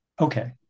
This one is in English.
Okay